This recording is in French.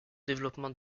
développement